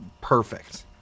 perfect